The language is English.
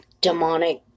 demonic